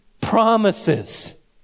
promises